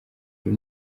uyu